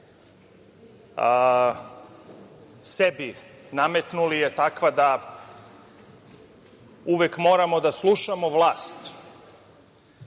sebi nametnuli je takva da uvek moramo da slušamo vlast